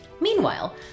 Meanwhile